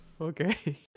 okay